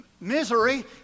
misery